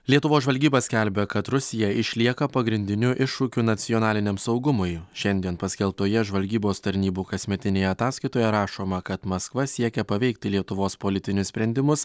lietuvos žvalgyba skelbia kad rusija išlieka pagrindiniu iššūkiu nacionaliniam saugumui šiandien paskelbtoje žvalgybos tarnybų kasmetinėje ataskaitoje rašoma kad maskva siekia paveikti lietuvos politinius sprendimus